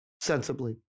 sensibly